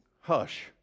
hush